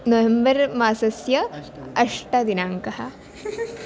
November मासस्य अष्टमदिनाङ्कः